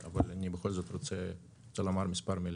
אבל אני בכל זאת רוצה לומר מספר מילים.